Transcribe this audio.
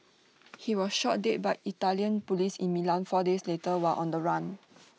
he was shot dead by Italian Police in Milan four days later while on the run